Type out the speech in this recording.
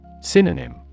Synonym